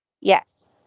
Yes